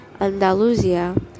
andalusia